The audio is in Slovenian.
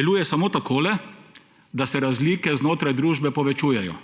Deluje samo takole, da se razlike znotraj družbe povečujejo.